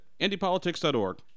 IndyPolitics.org